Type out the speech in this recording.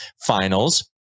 Finals